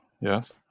yes